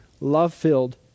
love-filled